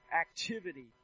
activity